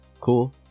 cool